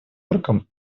йорком